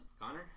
Connor